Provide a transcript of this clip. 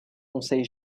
conseils